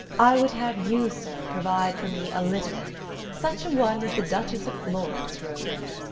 i would have you, sir, provide for me a litter such a one as the duchess of florence rode in.